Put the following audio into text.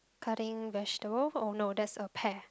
cutting vegetable oh no that's a pear